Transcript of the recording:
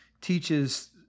teaches